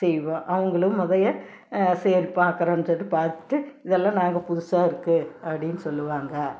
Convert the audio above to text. செய்வோம் அவங்களும் அதையே சரி பார்க்குறேன்னு சொல்லிட்டு பார்த்துட்டு இதெல்லாம் நாங்கள் புதுசாக இருக்குது அப்படின்னு சொல்லுவாங்க